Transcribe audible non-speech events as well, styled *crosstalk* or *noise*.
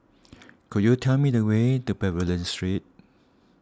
*noise* could you tell me the way to Pavilion *noise* Street